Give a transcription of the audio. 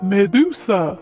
Medusa